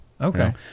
Okay